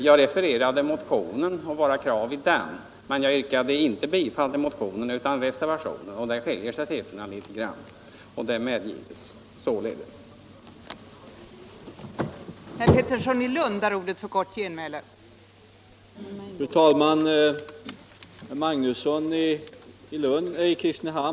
Jag refererade motionen och våra krav i den, men jag yrkade inte bifall till motionen utan till reservationen, och siffrorna skiljer sig litet grand. Det medges således att jag sade fel.